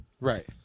Right